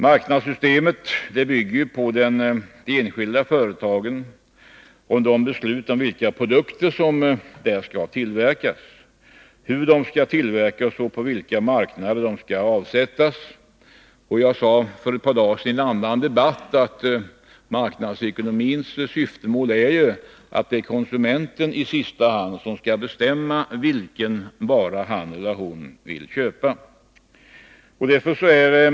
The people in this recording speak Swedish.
Marknadssystemet bygger på att de enskilda företagen fattar beslut om vilka produkter som skall tillverkas, hur dessa skall tillverkas och på vilka marknader de skall avsättas. För ett par dagar sedan sade jag i en annan debatt att marknadsekonomins syfte ju är att det i sista hand är konsumenten 95 som skall bestämma vilken vara han eller hon vill köpa.